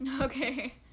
Okay